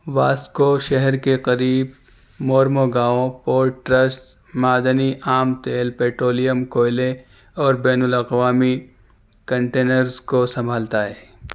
Vasco شہر کے قریب مورمو گاؤں پورٹ ٹرسٹ معدنی عام تیل پیٹرولیم کوئلے اور بین الاقوامی کنٹینرز کو سنبھالتا ہے